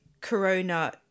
Corona